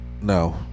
No